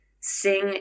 sing